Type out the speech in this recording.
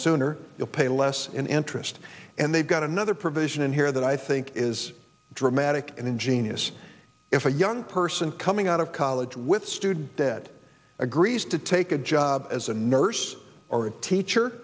sooner you'll pay less in interest and they've got another provision in here that i think is dramatic and ingenious if a young person coming out of college with student debt agrees to take a job as a nurse or a teacher